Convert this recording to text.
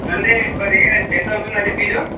అంటే per year ఎంత ఎంత అవుతుంది అండి ఫీజు